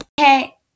Okay